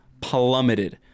plummeted